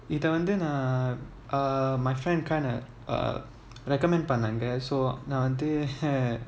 இத வந்து நான்:itha vanthu naan uh my friend kind of uh recommend பண்ணேன்:pannen so நான் வந்து:naan vanthu